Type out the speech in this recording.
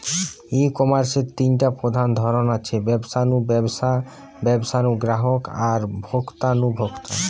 ই কমার্সের তিনটা প্রধান ধরন আছে, ব্যবসা নু ব্যবসা, ব্যবসা নু গ্রাহক আর ভোক্তা নু ভোক্তা